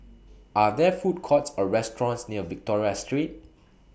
Are There Food Courts Or restaurants near Victoria Street